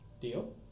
Deal